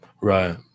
Right